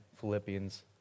Philippians